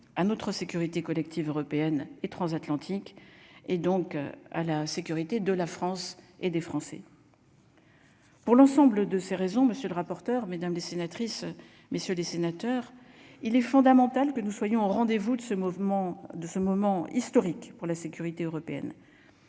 à notre sécurité collective européenne et transatlantique et donc à la sécurité de la France et des Français. Pour l'ensemble de ces raisons, monsieur le rapporteur, mesdames les sénatrices, messieurs les sénateurs, il est fondamental que nous soyons au rendez-vous de ce mouvement de ce moment historique pour la sécurité européenne.